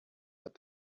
but